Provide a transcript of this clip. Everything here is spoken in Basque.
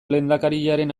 lehendakariaren